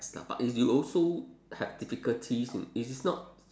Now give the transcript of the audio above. ~s lah but you also have difficulties it is not